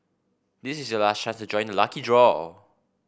this is your last chance to join the lucky draw